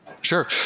Sure